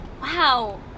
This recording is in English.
wow